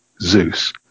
Zeus